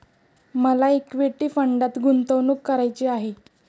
मला इक्विटी फंडात गुंतवणूक करायची आहे